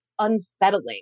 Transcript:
unsettling